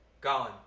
gone